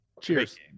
Cheers